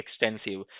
extensive